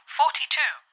forty-two